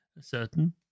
certain